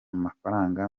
mafaranga